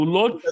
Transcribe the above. Lord